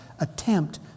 attempt